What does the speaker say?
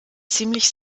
ziemlich